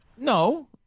no